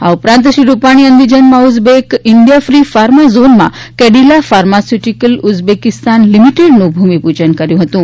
આ ઉપરાંત શ્રી રૂપાણીએ અંદિજાનમાં ઉઝબેક ઇન્ડિયા ફ્રી ફાર્મા ઝોનમાં કેડિલા ફાર્માસ્યુટિક્લ ઉઝબેકીસ્તાન લિમિટેડનું ભૂમિપૂજન કર્યું ફતું